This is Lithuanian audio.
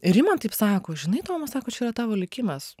ir ji man taip sako žinai toma sako čia yra tavo likimas